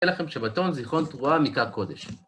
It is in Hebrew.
שבתון, זיכרון תרועה, מקרא קודש.